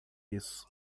isso